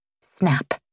snap